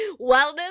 Wellness